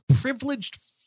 privileged